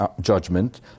judgment